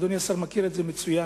אדוני השר מכיר את זה מצוין.